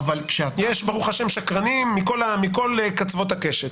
ברוך השם, יש שקרנים מכל קצוות הקשת.